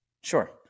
Sure